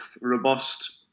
robust